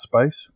space